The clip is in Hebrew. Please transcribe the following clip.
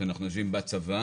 כשאנחנו יושבים בצבא.